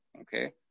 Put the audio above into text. okay